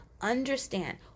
understand